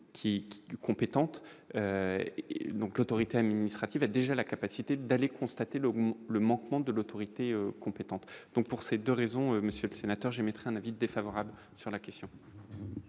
donc l'autorité administrative a déjà la capacité d'aller constater le manquement de l'autorité compétente donc pour ces 2 raisons Monsieur le sénateur j'émettre un avis défavorable sur la question.